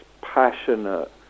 passionate